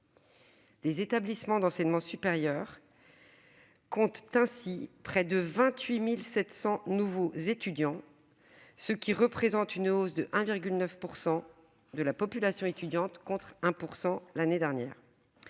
les établissements d'enseignement supérieur comptent ainsi près de 28 700 nouveaux étudiants, ce qui représente une hausse de 1,9 % de la population étudiante, contre 1 % l'année dernière.